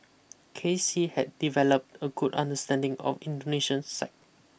K C had developed a good understanding of Indonesian psyche